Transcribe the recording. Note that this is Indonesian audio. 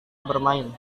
bermain